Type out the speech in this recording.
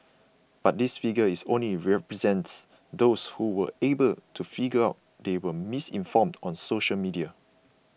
but this figure is only represents those who were able to figure out they were misinformed on social media